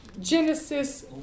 Genesis